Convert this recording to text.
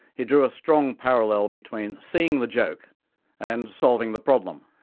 he drew a strong parallel between seeing the joke and solving the problem.